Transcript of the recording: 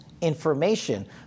information